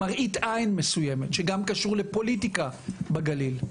מראית עין מסוימת שקשורה גם לפוליטיקה בגליל.